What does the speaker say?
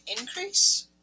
increase